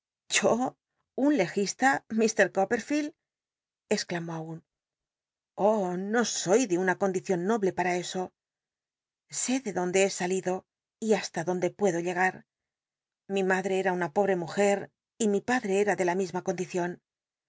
un legista ir coppcrfield exclamó aun oh no soy de una condicion noble para eso sé de donde he salido y hasta donde puedo llea una pobr'c mujer y mi padreera gar ji madre cr de la misma condicion